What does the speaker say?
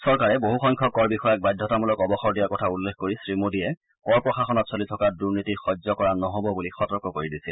চৰকাৰে বহুসংখ্যক কৰ বিষয়াক বাধ্যতামূলক অৱসৰ দিয়াৰ কথা উল্লেখ কৰি শ্ৰীমোদীয়ে কৰ প্ৰশাসনত চলি থকা দুৰ্নীতি সহ্য কৰা নহব বুলি সতৰ্ক কৰি দিছিল